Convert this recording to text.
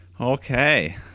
Okay